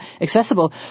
accessible